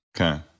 Okay